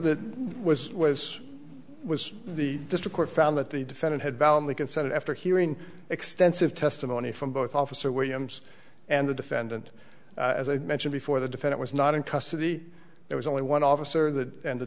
that was was was the district court found that the defendant had validly consented after hearing extensive testimony from both officer williams and the defendant as i mentioned before the defend it was not in custody there was only one officer that and the